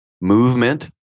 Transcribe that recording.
Movement